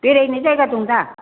बेरायनो जायगा दं दा